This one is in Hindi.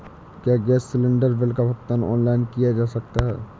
क्या गैस सिलेंडर बिल का भुगतान ऑनलाइन किया जा सकता है?